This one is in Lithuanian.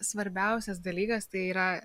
svarbiausias dalykas tai yra